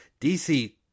DC